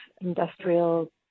industrial